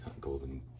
golden